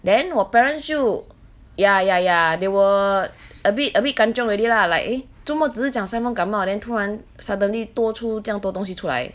then 我 parents 就 ya ya ya they were a bit a bit kanchiong already lah like eh 做么只是讲什么感冒 then 突然 suddenly 多出这样多东西出来